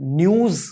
news